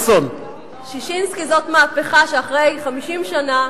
ששינסקי זאת מהפכה שאחרי 50 שנה,